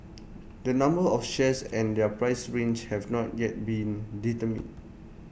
the number of shares and their price range have not yet been determined